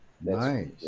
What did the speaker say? Nice